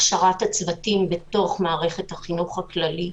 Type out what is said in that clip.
הכשרת הצוותים בתוך מערכת החינוך הכללית.